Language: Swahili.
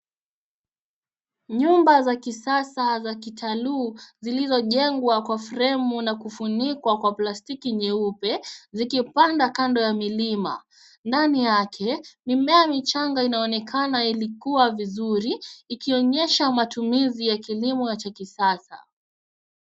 Nyumba za kisasa za kitaaluu, zilizojengwa kwa fremu na kufunikwa kwa plastiki nyeupe zikipanda kando ya milima. Ndani yake, ni mimea michanga inaonekana ikikuwa vizuri ikionyesha matumizi ya kilimo cha kisasa.